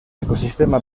ecosistema